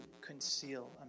conceal